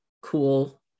cool